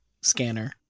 scanner